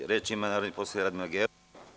Reč ima narodni poslanik Radmila Gerov.